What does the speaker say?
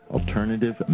Alternative